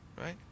Right